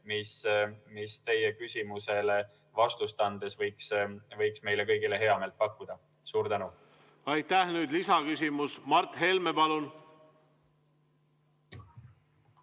mis teie küsimusele vastust andes võiks meile kõigile heameelt pakkuda. Aitäh! Nüüd lisaküsimus. Mart Helme, palun!